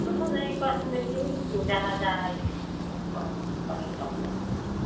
ଆମର ଏଇ କସମେଟିକ୍ ଯାହା ଯାହା ଆଇଟମ୍ ଅଛି ଅଳ୍ପ ବହୁତ କରିକି ରଖିବା କଥା